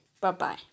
Bye-bye